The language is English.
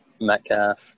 Metcalf